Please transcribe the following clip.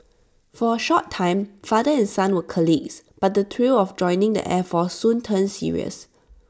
for A short time father and son were colleagues but the thrill of joining the air force soon turned serious